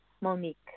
Monique